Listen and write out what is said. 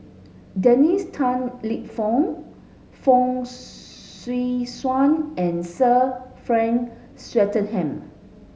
Dennis Tan Lip Fong Fong Swee Suan and Sir Frank Swettenham